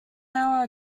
hour